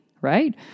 right